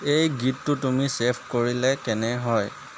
এই গীতটো তুমি ছে'ভ কৰিলে কেনে হয়